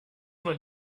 man